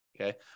Okay